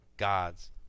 god's